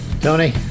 Tony